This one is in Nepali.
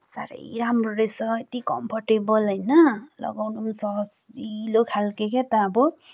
साह्रै राम्रो रहेछ यति कम्फोर्टेबल होइन लगाउन पनि सजिलो खालको क्या त अब